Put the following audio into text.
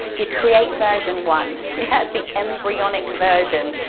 you create version one, you're at the embryonic version,